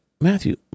Matthew